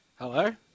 Hello